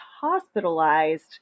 hospitalized